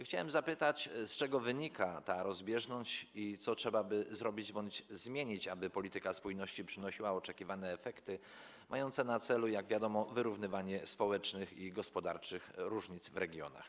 Chciałem zapytać, z czego wynika ta rozbieżność i co trzeba by zrobić bądź zmienić, aby polityka spójności przynosiła oczekiwane efekty, mające na celu, jak wiadomo, wyrównywanie społecznych i gospodarczych różnic w regionach.